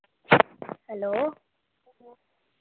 hello